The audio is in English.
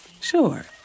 Sure